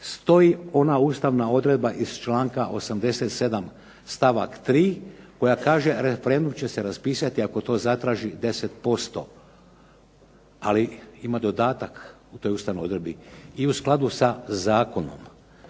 stoji ona ustavna odredba iz članka 87. stavak 3. koja kaže, referendum će se raspisati ako to zatraži 10%. Ali ima dodatak u toj ustavnoj odredbi "i u skladu sa zakonom